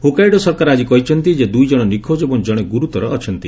Hokkaido ସରକାର ଆଜି କହିଛନ୍ତି ଯେ ଦ୍ରଇଜଣ ନିଖୋଜ ଏବଂ ଜଣେ ଗୁରୁତର ଅଛନ୍ତି